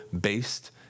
based